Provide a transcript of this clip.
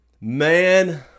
Man